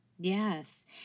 Yes